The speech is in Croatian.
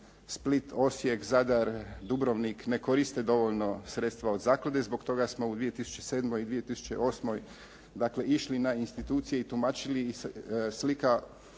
Split, Osijek, Zadar, Dubrovnik ne koriste dovoljna sredstava od zaklade. Zbog toga smo u 2007. i 2008. dakle išli na institucije i tumačili. Slika